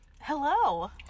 Hello